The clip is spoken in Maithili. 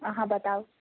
अहाँ बताउ